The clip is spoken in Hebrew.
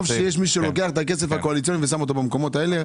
טוב שיש מי שלוקח את הכסף הקואליציוני ושם אותו במקומות האלה.